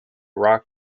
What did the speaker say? rock